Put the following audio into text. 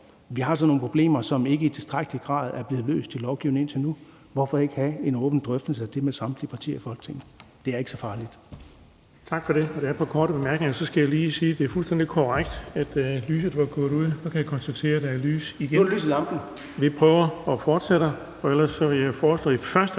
vi altså har nogle problemer, som ikke i tilstrækkelig grad er blevet løst i lovgivningen indtil nu. Hvorfor ikke have en åben drøftelse af det med samtlige partier i Folketinget? Det er ikke så farligt.